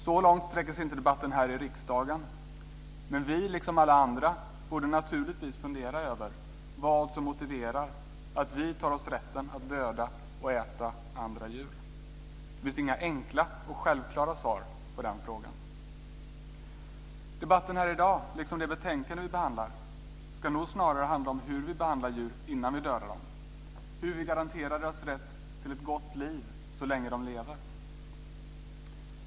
Så långt sträcker sig inte debatten här i riksdagen, men vi liksom alla andra borde naturligtvis fundera över vad som motiverar att vi tar oss rätten att döda och äta andra djur. Det finns inga enkla och självklara svar på den frågan. Debatten här i dag, liksom det betänkande vi behandlar, ska nog snarare handla om hur vi behandlar djuren innan vi dödar dem, hur vi garanterar deras rätt till ett gott liv så länge de lever.